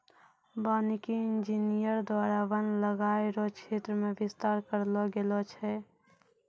वानिकी इंजीनियर द्वारा वन लगाय रो क्षेत्र मे बिस्तार करलो गेलो छै